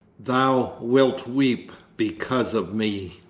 thou wilt weep because of me.